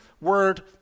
word